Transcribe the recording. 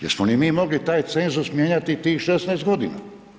Jesmo li mi mogli taj cenzus mijenjati tih 16 godina?